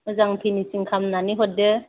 मोजां फिनिसिं खामनानै हरदो